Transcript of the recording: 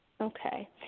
Okay